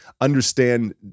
understand